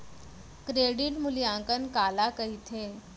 Credit मूल्यांकन काला कहिथे?